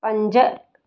पंज